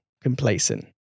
complacent